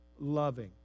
loving